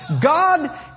God